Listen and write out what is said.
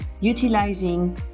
utilizing